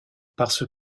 parce